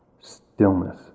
stillness